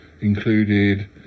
included